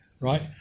right